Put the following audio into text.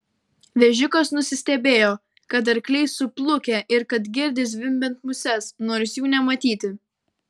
vežikas nusistebėjo kad arkliai suplukę ir kad girdi zvimbiant muses nors jų nematyti